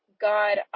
God